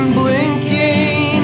blinking